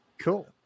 Cool